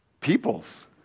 peoples